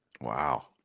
Wow